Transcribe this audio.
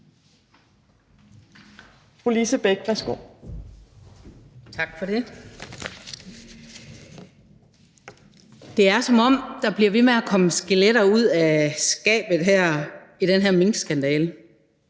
Lise Bech (DF): Tak for det. Det er, som om der bliver ved med at komme skeletter ud af skabet i den her minkskandale.